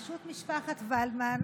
ברשות משפחת ולדמן,